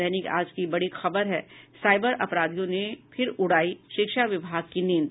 दैनिक आज की बड़ी खबर है साइबर अपराधियों ने फिर उड़ायी शिक्षा विभाग की नींद